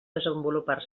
desenvolupar